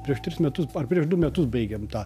prieš tris metus ar prieš du metus baigėm tą